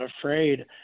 afraid